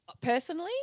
personally